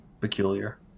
peculiar